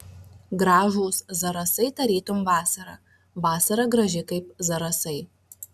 gražūs zarasai tarytum vasara vasara graži kaip zarasai